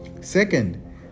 second